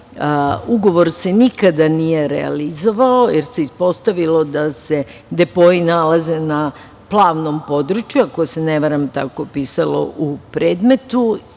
ugovor se nikada nije realizovao, jer se ispostavilo da se depoi nalaze na plavnom području, ako se ne varam, tako je pisalo u predmetu